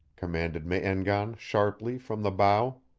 commanded me-en-gan, sharply, from the bow.